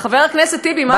חבר הכנסת טיבי, מה קרה?